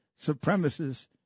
supremacists